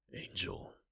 Angel